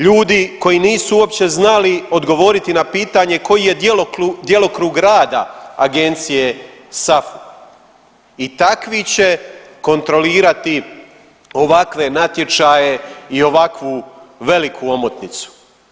Ljudi koji nisu uopće znali odgovoriti na pitanje koji je djelokrug rada agencije SAFU i takvi će kontrolirati ovakve natječaje i ovakvu veliku omotnicu.